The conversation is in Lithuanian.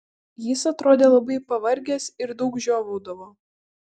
jis atrodė labai pavargęs ir daug žiovaudavo